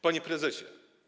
Panie Prezesie!